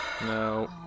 No